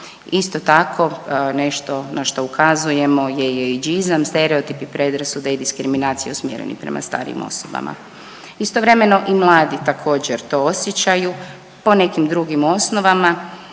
Isto tako, nešto na što ukazujemo je i …/Govornica se ne razumije./… stereotipi, predrasude i diskriminacija usmjereni prema starijim osobama. Istovremeno i mladi također to osjećaju po nekim drugim osnovama.